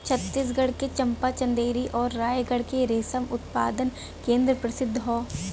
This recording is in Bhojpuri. छतीसगढ़ के चंपा, चंदेरी आउर रायगढ़ के रेशम उत्पादन केंद्र प्रसिद्ध हौ